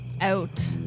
out